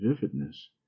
vividness